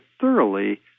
thoroughly